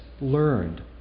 learned